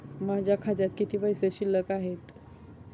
माझ्या खात्यात किती पैसे शिल्लक आहेत?